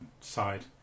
side